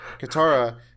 katara